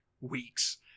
weeks